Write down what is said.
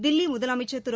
தில்வி முதலமைச்ச் திரு